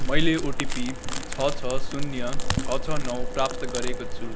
मैले ओटिपी छ छ शून्य छ छ नौ प्राप्त गरेको छु